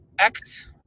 act